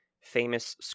famous